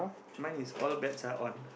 mine is all bets are on